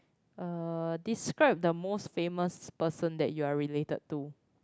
uh describe the most famous person that you're related to